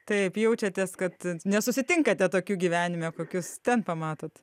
taip jaučiatės kad nesusitinkate tokių gyvenime kokius ten pamatot